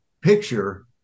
picture